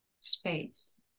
space